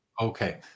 Okay